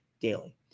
Daily